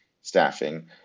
staffing